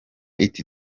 iti